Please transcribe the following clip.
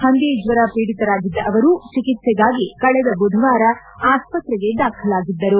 ಹಂದಿ ಜ್ವರ ಪೀಡಿತರಾಗಿದ್ದ ಅವರು ಚಿಕಿತ್ಸೆಗಾಗಿ ಕಳೆದ ಬುಧವಾರ ಆಸ್ಪತ್ರೆಗೆ ದಾಖಲಾಗಿದ್ದರು